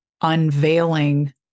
unveiling